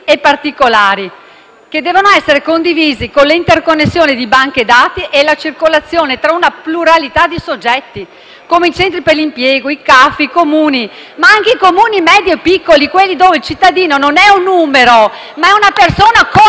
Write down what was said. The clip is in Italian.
che devono essere condivisi attraverso l'interconnessione di banche dati e la circolazione tra una pluralità di soggetti, quali i centri per l'impiego, i CAF e i Comuni, ma anche i Comuni medi e piccoli, dove il cittadino non è un numero, ma una persona conosciuta.